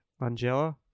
Angela